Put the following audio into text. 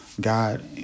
God